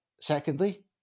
Secondly